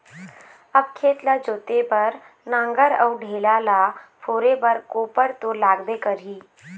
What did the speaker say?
अब खेत ल जोते बर नांगर अउ ढेला ल फोरे बर कोपर तो लागबे करही